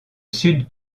sud